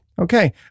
Okay